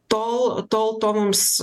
tol tol to mums